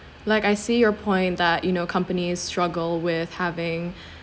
like I see your point that you know companies struggle with having